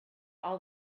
all